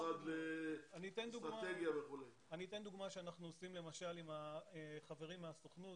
אני אתן דוגמה שאנחנו עושים למשל עם החברים מהסוכנות.